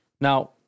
Now